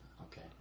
Okay